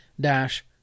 dash